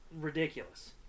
ridiculous